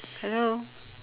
hello